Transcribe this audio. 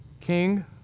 King